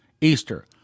Easter